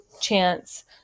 chance